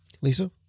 Lisa